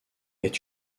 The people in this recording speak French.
est